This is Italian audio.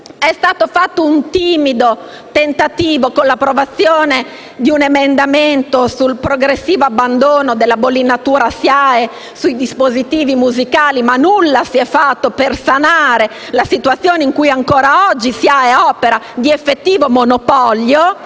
È stato fatto un timido tentativo, con l'approvazione di un emendamento, sul progressivo abbandono della bollinatura SIAE sui dispositivi musicali, ma nulla si è fatto per sanare la situazione in cui ancora oggi la SIAE opera, di effettivo monopolio,